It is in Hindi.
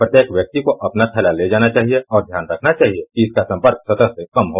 प्रत्येक व्यक्ति को अपना थैला ले जाना चाहिए और ध्यान रखना चाहिए कि इसका संपर्क सतह से कम हो